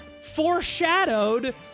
foreshadowed